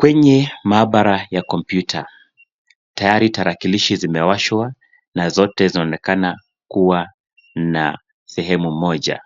Kwenye maabara ya komputa, tayari tarakilishi zimewashwa na zote zinaonekana kuwa na sehemu moja.